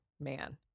man